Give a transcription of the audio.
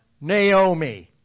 Naomi